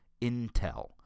Intel